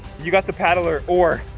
you got the paddle, or oar.